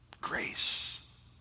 grace